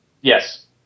Yes